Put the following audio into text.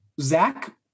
Zach